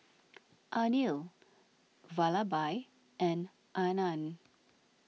Anil Vallabhbhai and Anand